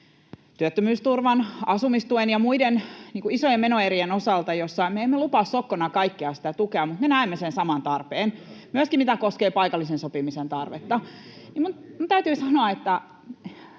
työttömyysturvan, asumistuen ja muiden isojen menoerien osalta — joita kaikkia me emme lupaa sokkona tukea, mutta me näemme sen saman tarpeen, myöskin mikä koskee paikallisen sopimisen tarvetta — minun täytyy sanoa,